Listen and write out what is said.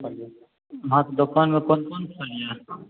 अहाँक दोकानमे कोन कोन फल यऽ